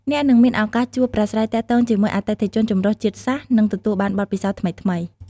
អ្នកនឹងមានឱកាសជួបប្រាស្រ័យទាក់ទងជាមួយអតិថិជនចម្រុះជាតិសាសន៍ និងទទួលបានបទពិសោធន៍ថ្មីៗ។